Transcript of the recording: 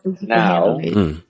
Now